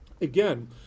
again